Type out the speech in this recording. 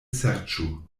serĉu